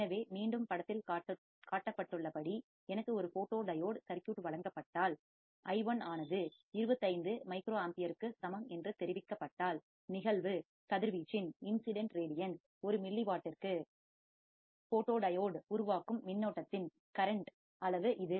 எனவே மீண்டும் படத்தில் காட்டப்பட்டுள்ளபடி எனக்கு ஒரு போட்டோடியோட் சர்க்யூட் வழங்கப்பட்டால் i1 ஆனது 25 மைக்ரோஅம்பீருக்கு சமம் என்று தெரிவிக்கப்பட்டால் நிகழ்வு கதிர்வீச்சின்இன்சிடென்ட் ரேடியன்ஸ் ஒரு மில்லிவாட்டிற்கு ஃபோட்டோடியோட் உருவாக்கும் மின்னோட்டத்தின் கரண்ட் அளவு இது